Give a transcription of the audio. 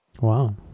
wow